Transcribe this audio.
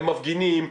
הם מפגינים,